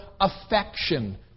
affection